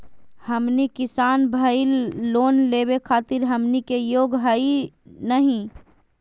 हमनी किसान भईल, लोन लेवे खातीर हमनी के योग्य हई नहीं?